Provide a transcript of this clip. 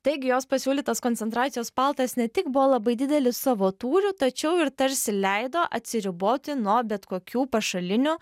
taigi jos pasiūlytas koncentracijos paltas ne tik buvo labai didelis savo tūriu tačiau ir tarsi leido atsiriboti nuo bet kokių pašalinių